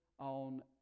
on